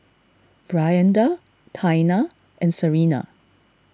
Brianda Taina and Serena